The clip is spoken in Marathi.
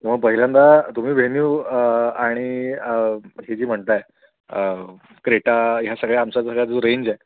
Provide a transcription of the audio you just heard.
हो पहिल्यांदा तुम्ही व्हेन्यू आणि हे जी म्हणताय क्रेटा ह्या सगळ्या आमचा सगळा जो रेंज आहे